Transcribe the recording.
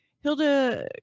Hilda